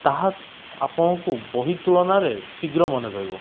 ତାହା ଆପଣଙ୍କୁ ବହି ତୁଳନାରେ ଶୀଘ୍ର ମନେ ରହିବ